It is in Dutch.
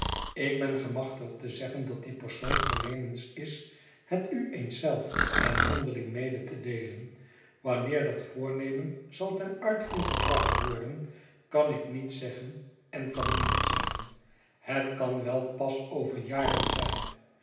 ik ben gemachtigd te zeggen dat die persoon voornemens is het u eens zeif en mondeiing mede te deeien wanneer dat voornemen zai ten uitvoer gebracht worden kan ik niet zeggen en kan niemand zeggen het kan wel pas over jaren zijn